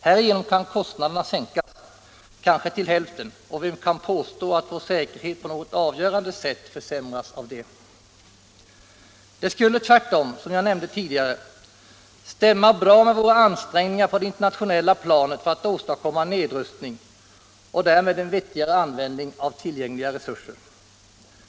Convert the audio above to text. Härigenom kan kostnaderna sänkas, kanske till hälften, och vem kan påstå att vår säkerhet på något avgörande sätt försämras av det? Tvärtom skulle detta, som jag nämnde tidigare, stämma bra med våra ansträngningar på det internationella planet för att åstadkomma nedrustning och därmed en vettigare användning av tillgängliga resurser.